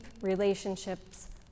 relationships